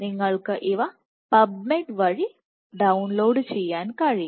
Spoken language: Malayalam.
നിങ്ങൾക്ക് ഇവ പബ്മെഡ് വഴി ഡൌൺലോഡ് ചെയ്യാൻ കഴിയും